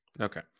Okay